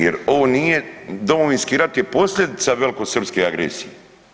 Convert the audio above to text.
Jer ovo nije, Domovinski rat je posljedica velikosrpske agresije.